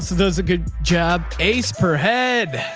does a good job. ace per head.